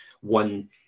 one